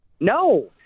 No